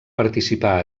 participar